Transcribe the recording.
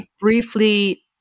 briefly